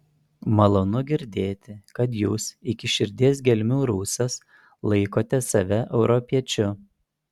malonu girdėti kad jūs iki širdies gelmių rusas laikote save europiečiu